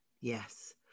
Yes